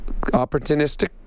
opportunistic